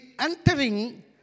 entering